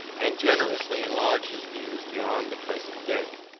and generously enlarge his views beyond the present day.